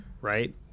right